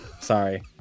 sorry